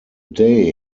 day